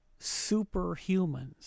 superhumans